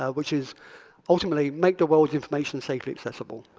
ah which is ultimately make the world's information safely accessible.